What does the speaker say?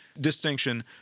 distinction